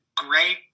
Great